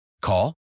Call